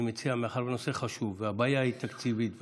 אני מציע שמאחר שזה נושא חשוב והבעיה היא תקציבית,